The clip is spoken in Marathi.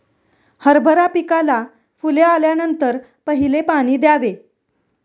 हरभरा पिकाला फुले आल्यानंतर पहिले पाणी द्यावे